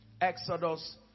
Exodus